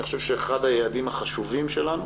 אני חושב שאחד היעדים החשובים שלנו